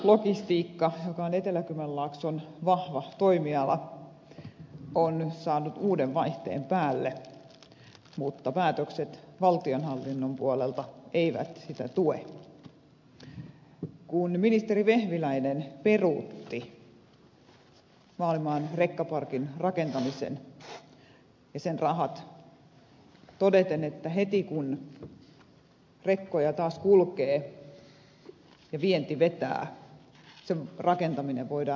logistiikka joka on etelä kymenlaakson vahva toimiala on saanut uuden vaihteen päälle mutta päätökset valtionhallinnon puolelta eivät sitä tue kun ministeri vehviläinen peruutti vaalimaan rekkaparkin rakentamisen ja sen rahat todeten että heti kun rekkoja taas kulkee ja vienti vetää sen rakentaminen voidaan aloittaa